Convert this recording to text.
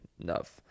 enough